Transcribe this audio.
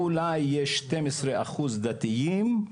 אולי יש 12% דתיים,